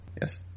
yes